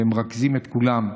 ומרכזים את כולם,